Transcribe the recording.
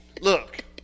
look